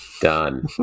Done